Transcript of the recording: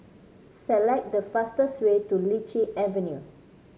select the fastest way to Lichi Avenue